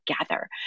together